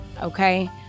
Okay